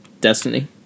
Destiny